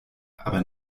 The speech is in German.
aber